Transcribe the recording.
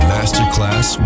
Masterclass